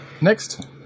Next